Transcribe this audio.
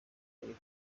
eric